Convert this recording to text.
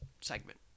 segment